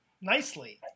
nicely